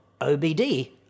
OBD